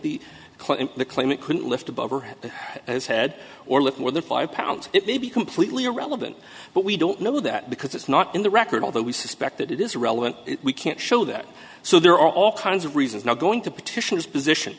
the the claimant couldn't lift his head or lift more than five pounds it may be completely irrelevant but we don't know that because it's not in the record although we suspect that it is relevant we can't show that so there are all kinds of reasons now going to petitions position